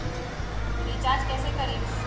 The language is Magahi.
रिचाज कैसे करीब?